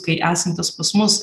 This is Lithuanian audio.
kai esantys pas mus